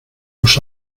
los